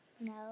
No